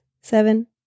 seven